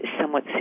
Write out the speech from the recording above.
somewhat